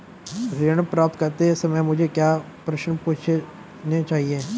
ऋण प्राप्त करते समय मुझे क्या प्रश्न पूछने चाहिए?